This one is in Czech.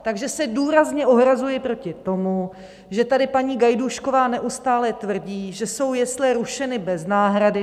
Takže se důrazně ohrazuji proti tomu, že tady paní Gajdůšková neustále tvrdí, že jsou jesle rušeny bez náhrady.